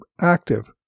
active